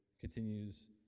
continues